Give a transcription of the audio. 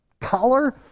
collar